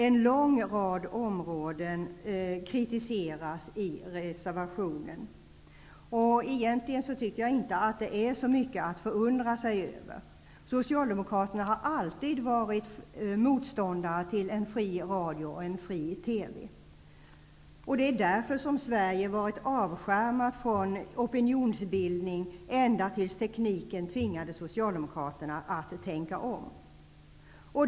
En lång rad områden kritiseras i reservationen. Egentligen tycker jag inte att det är så mycket att förundra sig över. Socialdemokraterna har alltid varit motståndare till en fri radio och en fri TV. Det är därför som Sverige har varit avskärmat från opinionsbildning ända tills tekniken tvingade socialdemokraterna att tänka om.